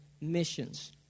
missions